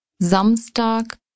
Samstag